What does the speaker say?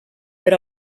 per